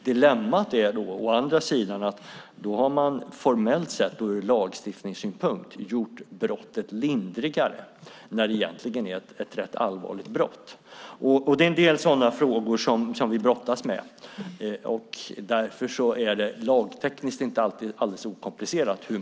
Dilemmat där är å andra sidan att man formellt sett och ur lagstiftningssynpunkt gör brottet lindrigare när det egentligen är ett rätt allvarligt brott. Det är en del sådana frågor som vi brottas med. Därför är det lagtekniskt inte alldeles okomplicerat.